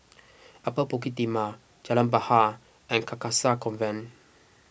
Upper Bukit Timah Jalan Bahar and Carcasa Convent